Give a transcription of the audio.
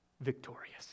victorious